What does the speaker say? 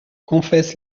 confesse